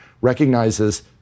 recognizes